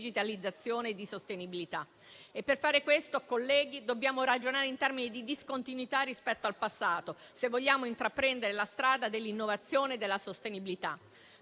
di sostenibilità. Per fare questo, colleghi, dobbiamo ragionare in termini di discontinuità rispetto al passato, se vogliamo intraprendere la strada dell'innovazione e della sostenibilità.